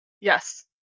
Yes